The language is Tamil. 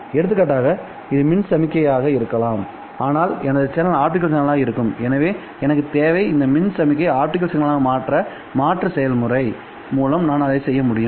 எடுத்துக்காட்டாக இது மின் சமிக்ஞையாக இருக்கலாம் ஆனால் எனது சேனல் ஆப்டிகல் சேனலாக இருக்கும் எனவே எனக்கு தேவை இந்த மின் சமிக்ஞைகளை ஆப்டிகல் சிக்னல்களாக மாற்ற மாற்று செயல்முறை மூலம் நான் அதை செய்ய முடியும்